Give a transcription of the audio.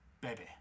baby